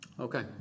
Okay